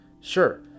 Sure